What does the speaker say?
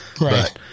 Right